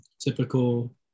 typical